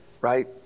right